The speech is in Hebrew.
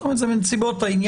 זאת אומרת שזה בנסיבות העניין,